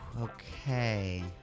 Okay